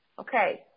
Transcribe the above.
Okay